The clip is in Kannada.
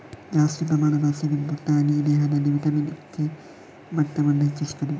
ಜಾಸ್ತಿ ಪ್ರಮಾಣದ ಹಸಿರು ಬಟಾಣಿ ದೇಹದಲ್ಲಿ ವಿಟಮಿನ್ ಕೆ ಮಟ್ಟವನ್ನ ಹೆಚ್ಚಿಸ್ತದೆ